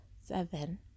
seven